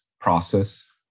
process